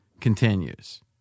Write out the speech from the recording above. continues